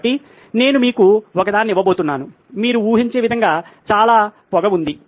కాబట్టి నేను మీకు ఒకదాన్ని ఇవ్వబోతున్నాను మీరు ఊహించే విధంగా చాలా పొగ ఉంది